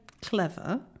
clever